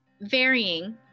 varying